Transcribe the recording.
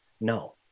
No